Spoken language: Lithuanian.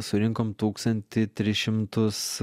surinkome tūkstantį tris šimtus